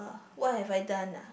what have I done ah